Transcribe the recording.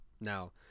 Now